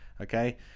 Okay